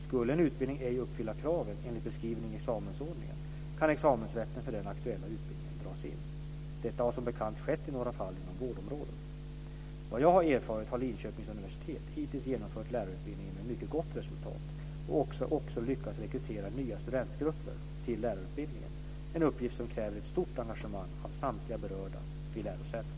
Skulle en utbildning ej uppfylla kraven enligt beskrivningen i examensordningen kan examensrätten för den aktuella utbildningen dras in. Detta har som bekant skett i några fall inom vårdområdet. Vad jag har erfarit har Linköpings universitet hittills genomfört lärarutbildningen med mycket gott resultat och också lyckats rekrytera nya studentgrupper till lärarutbildningen - en uppgift som kräver ett stort engagemang av samtliga berörda vid lärosätet.